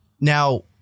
Now